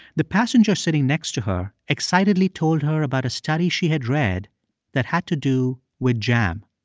the passenger sitting next to her excitedly told her about a study she had read that had to do with jam.